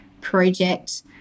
project